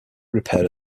repaired